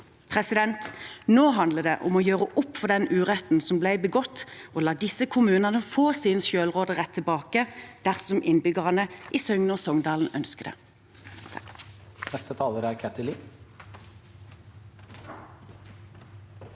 frivillige. Nå handler det om å gjøre opp for den uretten som ble begått, og la disse kommunene få sin selvråderett tilbake, dersom innbyggerne i Søgne og Songdalen ønsker det.